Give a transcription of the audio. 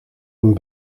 een